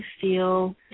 feel